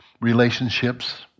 relationships